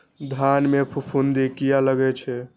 धान में फूफुंदी किया लगे छे?